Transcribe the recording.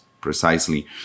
precisely